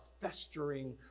festering